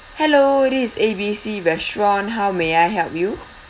hello this is A B C restaurant how may I help you